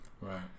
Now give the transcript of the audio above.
Right